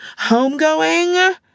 homegoing